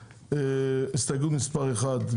הסתייגות מספר 1,